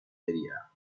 area